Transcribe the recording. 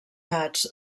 gats